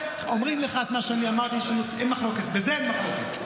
אומרים לך את מה שאני אמרתי, בזה אין מחלוקת.